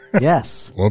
Yes